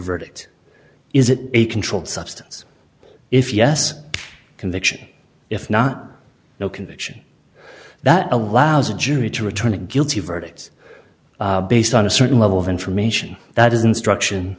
verdict is it a controlled substance if yes conviction if not no conviction that allows a jury to return a guilty verdict based on a certain level of information that is instruction